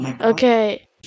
Okay